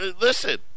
listen